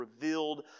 revealed